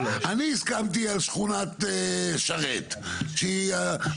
אנחנו מדברים על בירור שמתבצע כשבפניי בעצם בעל דירה.